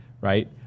right